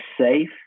safe